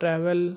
travel